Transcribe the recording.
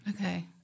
Okay